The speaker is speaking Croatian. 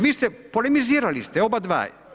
Vi ste, polemizirali ste oba dva.